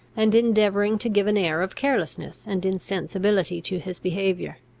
and endeavouring to give an air of carelessness and insensibility to his behaviour.